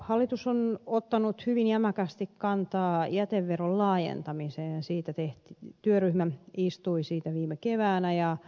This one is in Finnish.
hallitus on ottanut hyvin jämäkästi kantaa jäteveron laajentamiseen ja siitä työryhmä istui viime keväänä